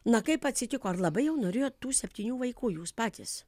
na kaip atsitiko ar labai jau norėjot tų septynių vaikų jūs patys